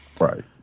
Right